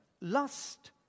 lust